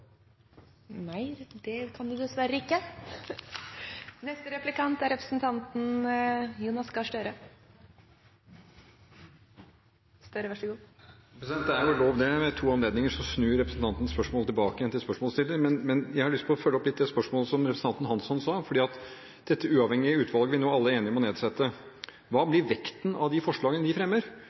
President, det er jo lov det – ved to anledninger snur representanten spørsmålet tilbake igjen til spørsmålsstiller. Men jeg har lyst til å følge litt opp det spørsmålet som representanten Hansson stilte. Dette uavhengige utvalget vi nå alle er enige om å nedsette, hva blir vekten av de forslagene de fremmer?